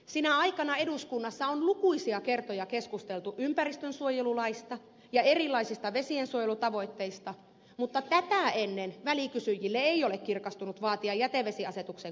sinä aikana eduskunnassa on lukuisia kertoja keskusteltu ympäristönsuojelulaista ja erilaisista vesiensuojelutavoitteista mutta tätä ennen välikysyjille ei ole kirkastunut vaatia jätevesiasetuksen kumoamista